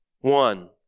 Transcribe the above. One